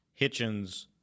Hitchens